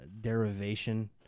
derivation